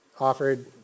Offered